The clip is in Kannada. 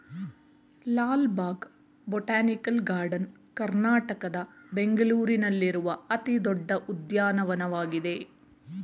ಲಾಲ್ ಬಾಗ್ ಬಟಾನಿಕಲ್ ಗಾರ್ಡನ್ ಕರ್ನಾಟಕದ ಬೆಂಗಳೂರಿನಲ್ಲಿರುವ ಅತಿ ದೊಡ್ಡ ಉದ್ಯಾನವನವಾಗಿದೆ